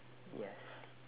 yes